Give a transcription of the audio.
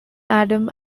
adam